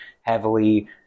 heavily